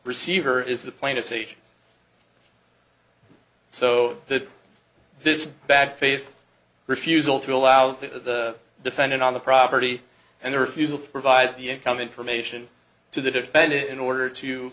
receiver is the plaintiff's age so that this bad faith refusal to allow the defendant on the property and the refusal to provide the income information to the defendant in order to